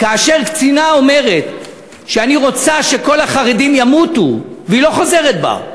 כאשר קצינה אומרת ש"אני רוצה שכל החרדים ימותו" והיא לא חוזרת בה,